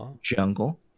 jungle